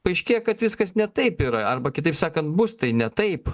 paaiškėja kad viskas ne taip yra arba kitaip sakant bus tai ne taip